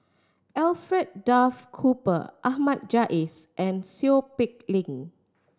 Alfred Duff Cooper Ahmad Jais and Seow Peck Leng